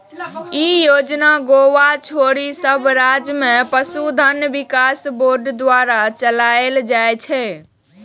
ई योजना गोवा छोड़ि सब राज्य मे पशुधन विकास बोर्ड द्वारा चलाएल जाइ छै